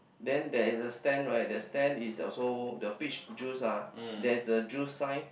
then there is a stand right the stand is also the beach juice ah there is a juice sign